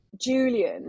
Julian